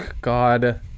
God